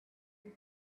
they